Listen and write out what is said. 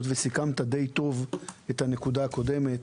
היות וסיכמת די טוב את הנקודה הקודמת,